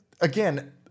again